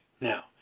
Now